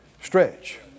Stretch